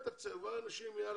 זה.